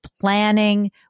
planning